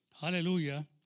Hallelujah